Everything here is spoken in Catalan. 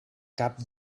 cap